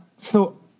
thought